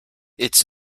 its